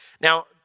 Now